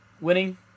winning